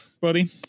buddy